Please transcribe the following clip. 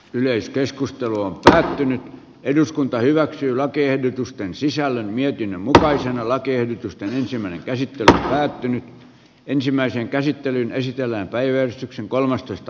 yleiskeskustelu on lähtenyt eduskunta hyväksyy lakiehdotusten sisällä mietin voisin olla kiihdytysten ensimmäinen käsiteltävääytti ensimmäisen olisivat enemmän kuin suotavaa